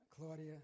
Claudia